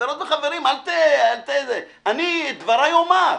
חברות וחברים, אני את דבריי אומַר,